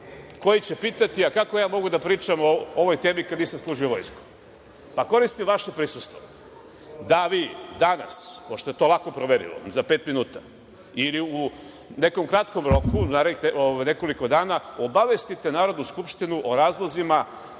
koji će pitati - a kako ja mogu da pričam o ovoj temi kada nisam služio vojsku, pa koristim vaše prisustvo da vi danas, pošto je to lako proverljivo, za pet minuta, ili nekom kratkom roku, u narednih nekoliko dana, obavestite Narodnu skupštinu o razlozima